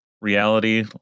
reality